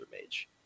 Mage